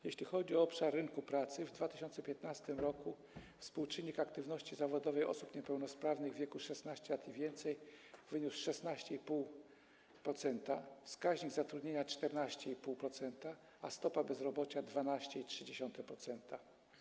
Jeśli chodzi o obszar rynku pracy, w 2015 r. współczynnik aktywności zawodowej osób niepełnosprawnych w wieku 16 lat i więcej wyniósł 16,5%, wskaźnik zatrudnienia - 14,5%, a stopa bezrobocia - 12,3%.